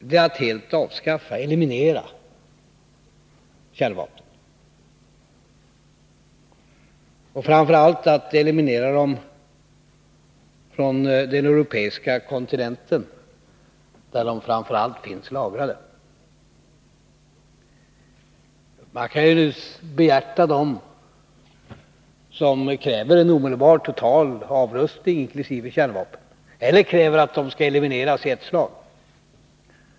Det är att helt eliminera kärnvapnen, speciellt på den europeiska kontinenten där de framför allt finns lagrade. Man kan behjärta dem som kräver en omedelbar och total avrustning eller som kräver att alla kärnvapen skall elimineras i ett slag.